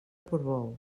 portbou